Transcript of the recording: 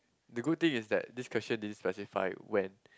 the good thing is that this question din specify when